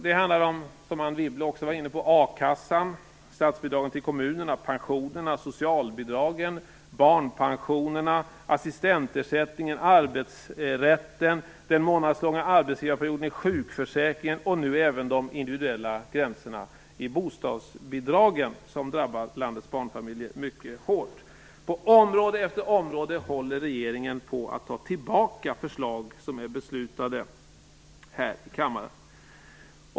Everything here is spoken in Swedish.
Det handlar, som också Anne Wibble var inne på, om a-kassan, statsbidragen till kommunerna, pensionerna, socialbidragen, barnpensionerna, assistentersättningen, arbetsrätten, den månadslånga arbetsgivarperioden i sjukförsäkringen och nu även de individuella gränser i bostadsbidragen som drabbar landets barnfamiljer mycket hårt. På område efter område håller regeringen på att ta tillbaka förslag som är beslutade i denna kammare.